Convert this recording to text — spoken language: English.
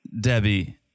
Debbie